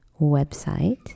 website